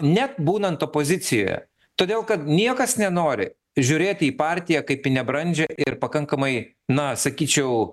net būnant opozicijoje todėl kad niekas nenori žiūrėti į partiją kaip į nebrandžią ir pakankamai na sakyčiau